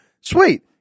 sweet